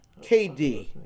KD